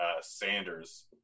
Sanders